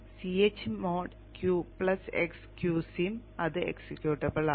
ch mod q x qsim അതും executable ആക്കും